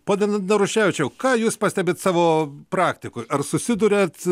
padedant naruševičiau ką jūs pastebit savo praktikoj ar susiduriat